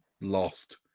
lost